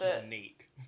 Unique